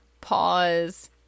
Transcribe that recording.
pause